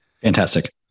Fantastic